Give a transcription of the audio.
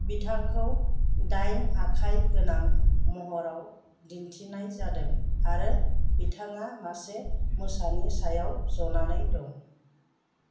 बिथांखौ दाइन आखाइ गोनां महराव दिन्थिनाय जादों आरो बिथाङा मासे मोसानि सायाव जनानै दं